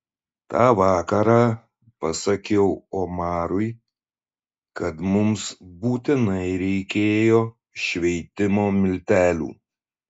tą vakarą pasakiau omarui kad mums būtinai reikėjo šveitimo miltelių